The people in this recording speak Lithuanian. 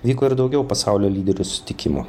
vyko ir daugiau pasaulio lyderių susitikimų